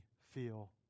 feel